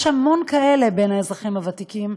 יש המון כאלה בין האזרחים הוותיקים,